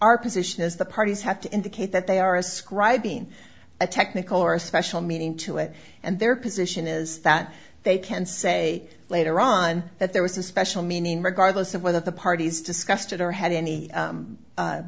our position is the parties have to indicate that they are ascribing a technical or special meaning to it and their position is that they can say later on that there was a special meaning regardless of whether the parties discussed it or had any